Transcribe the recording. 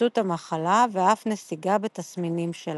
התפשטות המחלה, ואף נסיגה בתסמינים שלה.